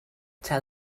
tell